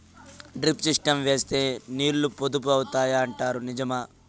Drip system వేస్తే నీళ్లు పొదుపు అవుతాయి అంటారు నిజమా?